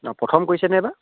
অঁ প্ৰথম কৰিছেনে এইবাৰ